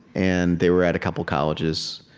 and they were at a couple colleges.